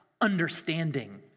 understanding